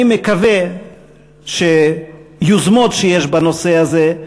אני מקווה שיוזמות שיש בנושא הזה,